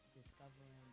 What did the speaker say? discovering